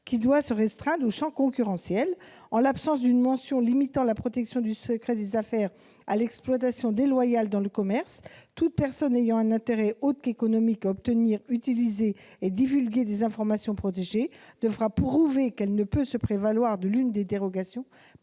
doit se restreindre au champ concurrentiel. En l'absence d'une mention limitant le champ de la protection du secret des affaires à l'exploitation déloyale dans le commerce, toute personne ayant un intérêt autre qu'économique à obtenir, à utiliser et à divulguer des informations protégées devra prouver qu'elle peut se prévaloir de l'une des dérogations